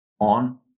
on